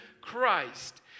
Christ